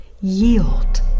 yield